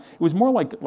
was more like,